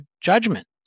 judgment